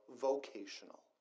vocational